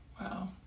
Wow